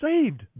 saved